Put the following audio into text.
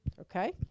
Okay